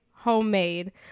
homemade